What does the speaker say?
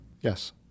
Yes